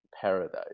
paradise